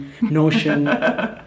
Notion